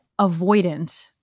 avoidant